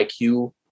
IQ